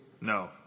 No